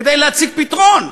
כדי להציג פתרון.